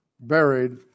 buried